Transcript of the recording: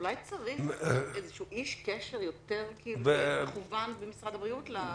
אולי צריך איש קשר יותר מכוון ממשרד הבריאות...